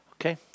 Okay